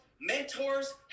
mentors